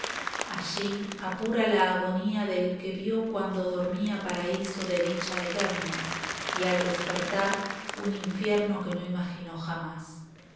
allí apura la agonía del que vio cuando dormía paraíso de dicha eterno y al despertar un infierno que no imaginó jamás